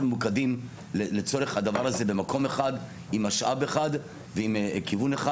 ממוקדים לצורך הדבר הזה במקום אחד עם משאב אחד ועם כיוון אחד.